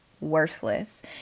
worthless